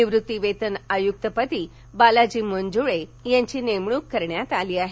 निवृत्ती वेतन आयुक्तपदी बालाजी मंजुळे यांची नेमणुक करण्यात आली आहे